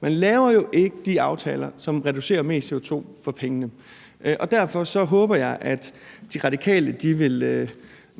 Man laver jo ikke de aftaler, som reducerer mest CO2 for pengene, og derfor håber jeg, at Radikale Venstre vil